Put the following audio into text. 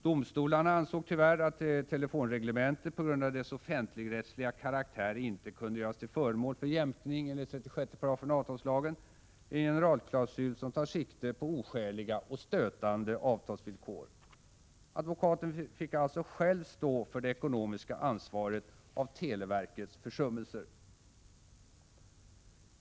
Domstolarna ansåg tyvärr att telefonreglementet på grund av dess offentligrättsliga karaktär inte kunde göras till föremål för jämkning enligt 36 § avtalslagen — en generalklausul som tar sikte på oskäliga och stötande avtalsvillkor. Advokaten fick alltså själv stå för det ekonomiska ansvaret för televerkets försummelser.